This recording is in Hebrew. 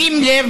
בשים לב,